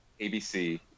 ABC